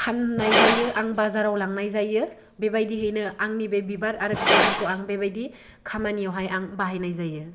फाननाय जायो आं बाजाराव लांनाय जायो बेबायदियैनो आंनि बे बिबार आरो फिथाइफोरखौ आं बेबायदि खामानियावहाय आं बाहायनाय जायो